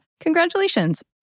congratulations